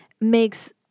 makes